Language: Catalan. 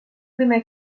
primer